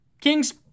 King's